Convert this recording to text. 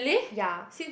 ya